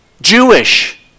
Jewish